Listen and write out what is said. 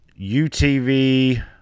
UTV